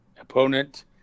opponent